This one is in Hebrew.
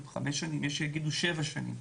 5 שנים ויש שיגידו 7 שנים.